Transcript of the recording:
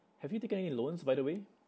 have you taken any loans by the way